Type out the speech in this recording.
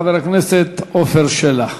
חבר הכנסת עפר שלח.